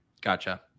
Gotcha